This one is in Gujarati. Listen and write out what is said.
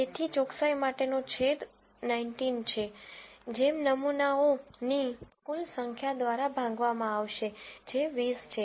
તેથી ચોકસાઈ માટેનો છેદ 19 છે જેમ નમૂનાઓની કુલ સંખ્યા દ્વારા ભાંગવામાં આવશે જે 20 છે